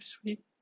sweet